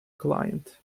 client